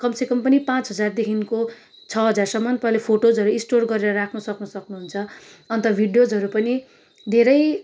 कमसेकम पनि पाँच हजारदेखिको छ हजारसम्म पहिले फोटोजहरू स्टोर राख्न सक्न सक्नुहुन्छ अन्त भिडियोजहरू पनि धेरै